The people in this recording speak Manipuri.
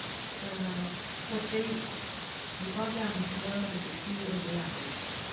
ꯄꯣꯠ ꯆꯩ ꯂꯨꯄꯥ ꯀꯌꯥꯃꯨꯛꯀꯤ ꯂꯧꯔꯒꯗꯤ ꯐ꯭ꯔꯤ ꯑꯣꯏꯕ ꯌꯥꯗꯣꯏꯅꯣ